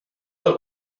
del